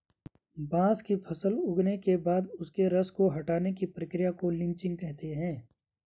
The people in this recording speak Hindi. बांस की फसल उगने के बाद उसके रस को हटाने की प्रक्रिया को लीचिंग कहा जाता है